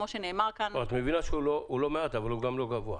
הוא לא מעט, אבל הוא גם לא גבוה.